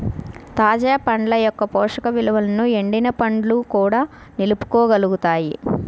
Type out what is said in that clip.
తాజా పండ్ల యొక్క పోషక విలువలను ఎండిన పండ్లు కూడా నిలుపుకోగలుగుతాయి